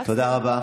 תודה רבה